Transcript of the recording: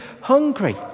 hungry